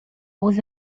aux